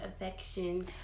affection